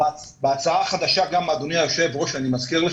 בהצעה החדשה, אני מזכיר לך אדוני היושב ראש,